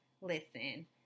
listen